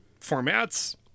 formats